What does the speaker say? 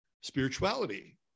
spirituality